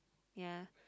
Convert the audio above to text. ya